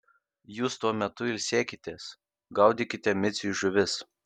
jūs tuo metu ilsėkitės gaudykite miciui žuvis